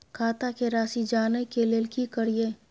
खाता के राशि जानय के लेल की करिए?